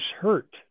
hurt